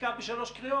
הוא,